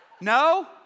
no